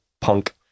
punk